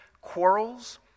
quarrels